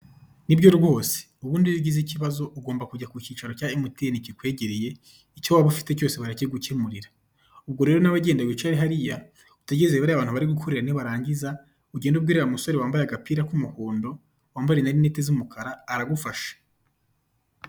Nibyo rwose, ubundi iyo ugize ikibazo ugomba kujya ku cyicaro cya MTN kikwegereye, icyo waba ufite cyose barakigukemurira. ubwo rero nawe genda wicare hariya, utegereze bariya bantu bari gukorera nibarangiza, ugende ubwirire uriya musore wambaye agapira k'umuhondo, wambaye na rinete z'umukara aragufasha.